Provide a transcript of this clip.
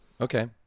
Okay